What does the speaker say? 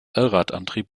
allradantrieb